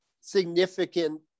significant